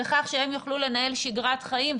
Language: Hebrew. בכך שהם יוכלו לנהל שגרת חיים,